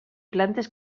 plantes